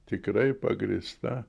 tikrai pagrįsta